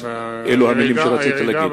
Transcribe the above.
אלה המלים שרציתי להגיד.